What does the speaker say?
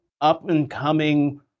up-and-coming